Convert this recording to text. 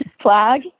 Flag